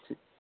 ਠੀਕ